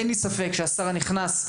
ואין לי ספק שגם השר הנכנס,